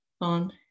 on